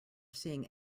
seeing